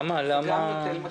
זה כבר נוטל משאבים.